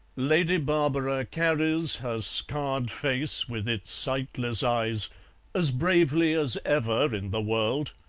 lady barbara carries her scarred face with its sightless eyes as bravely as ever in the world,